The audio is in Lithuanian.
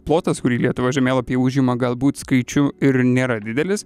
plotas kurį lietuva žemėlapy užima galbūt skaičiu ir nėra didelis